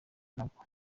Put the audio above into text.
nabwo